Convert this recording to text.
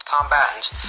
combatants